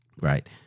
right